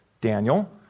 Daniel